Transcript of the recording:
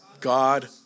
God